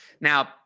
Now